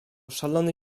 szalony